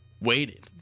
waited